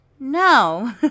no